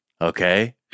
okay